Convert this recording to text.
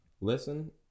listen